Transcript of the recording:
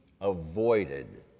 avoided